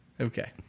Okay